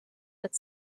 but